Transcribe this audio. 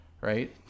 right